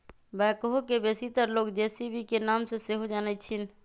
backhoe के बेशीतर लोग जे.सी.बी के नाम से सेहो जानइ छिन्ह